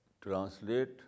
translate